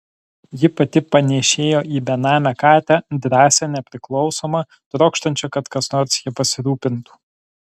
ji pati panėšėjo į benamę katę drąsią nepriklausomą trokštančią kad kas nors ja pasirūpintų